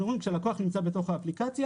אומרים שכאשר לקוח נמצא בתוך האפליקציה,